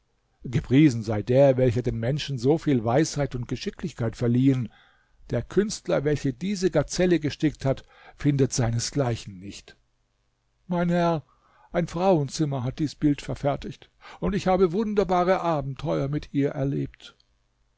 gepriesen sei der welcher den menschen so viel weisheit und geschicklichkeit verliehen der künstler welcher diese gazelle gestickt hat findet seinesgleichen nicht mein herr ein frauenzimmer hat dies bild verfertigt und ich habe wunderbare abenteuer mit ihr erlebt